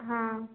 हा